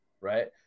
right